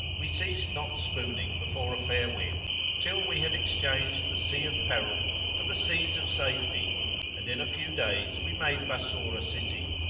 we ceased not spooning before a fair wind till we had exchanged the sea of peril for the seas of safety and, in a few days, we made bassorah city,